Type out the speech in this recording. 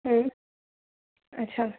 हूँ अच्छा